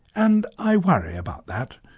and i worry about that,